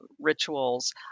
rituals